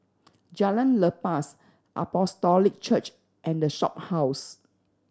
Jalan Lepas Apostolic Church and The Shophouse